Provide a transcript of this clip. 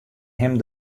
him